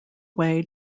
way